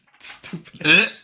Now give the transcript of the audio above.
Stupid